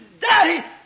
daddy